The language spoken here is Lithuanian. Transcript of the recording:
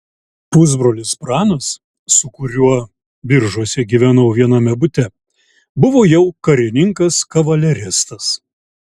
pusbrolis pranas su kuriuo biržuose gyvenau viename bute buvo jau karininkas kavaleristas